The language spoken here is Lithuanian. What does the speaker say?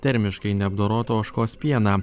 termiškai neapdorotą ožkos pieną